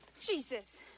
Jesus